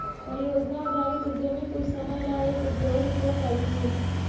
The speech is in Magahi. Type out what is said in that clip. परियोजना आधारित उद्यमी कुछ समय ला एक उद्योग को करथीन